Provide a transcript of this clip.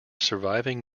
surviving